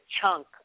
chunk